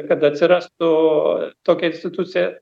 kad atsirastų tokia institucija